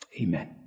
Amen